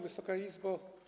Wysoka Izbo!